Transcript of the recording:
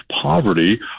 poverty